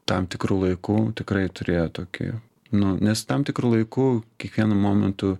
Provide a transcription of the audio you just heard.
tam tikru laiku tikrai turėjo tokį nu nes tam tikru laiku kiekvienu momentu